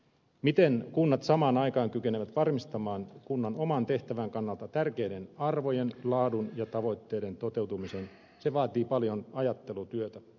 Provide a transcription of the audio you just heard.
miten kunnat samaan aikaan kykenevät varmistamaan kunnan oman tehtävän kannalta tärkeiden arvojen laadun ja tavoitteiden toteutumisen se vaatii paljon ajattelutyötä